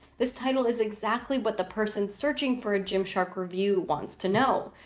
this title is exactly what the person searching for a gym shark review wants to know.